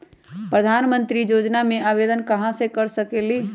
प्रधानमंत्री योजना में आवेदन कहा से कर सकेली?